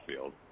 field